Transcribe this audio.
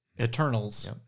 Eternals